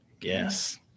Yes